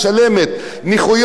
בעיות גב,